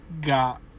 got